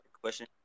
question